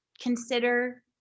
consider